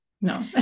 No